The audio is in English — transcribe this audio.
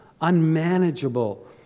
unmanageable